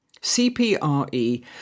CPRE